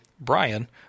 Brian –